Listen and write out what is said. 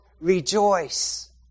rejoice